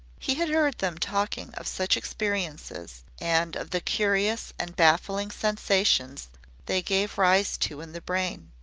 he had heard them talking of such experiences, and of the curious and baffling sensations they gave rise to in the brain.